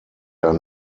ein